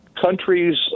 countries